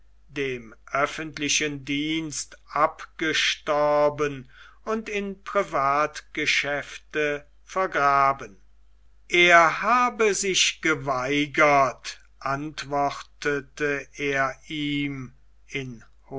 dem öffentlichen dienste abgestorben und in privatgeschäfte vergraben er habe sich geweigert antwortete er ihm in